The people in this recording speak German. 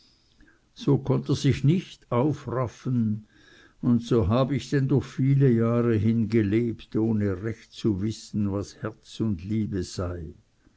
so konnt er sich nicht aufraffen und so hab ich denn durch viele jahre hin gelebt ohne recht zu wissen was herz und liebe sei